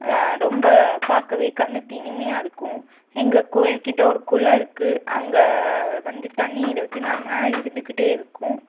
ரொம்ப பார்க்கவே கண்ணுக்கு இனிமையாகருக்கும் எங்கள் கோயில் கிட்ட ஒரு குளம் இருக்குது அங்கே வந்து தண்ணி இருபத்திநாலு மணி நேரம் இருந்துக்கிட்டே இருக்கும்